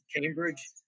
Cambridge